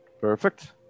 Perfect